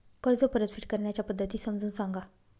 कर्ज परतफेड करण्याच्या पद्धती समजून सांगा